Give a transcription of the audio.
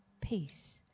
Peace